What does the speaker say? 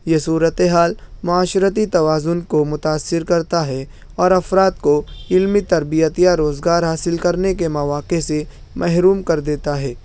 یہ صورتحال معاشرتی توازن کو متاثر کرتا ہے اور افراد کو علمی تربیت یا روزگار حاصل کرنے کے مواقع سے محروم کر دیتا ہے